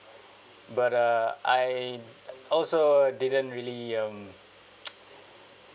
but uh I also didn't really um